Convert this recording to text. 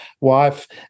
wife